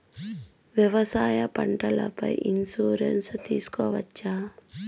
వ్యవసాయ పంటల పై ఇన్సూరెన్సు తీసుకోవచ్చా?